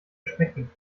schmecken